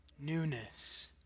newness